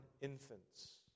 infants